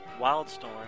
Wildstorm